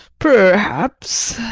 perhaps.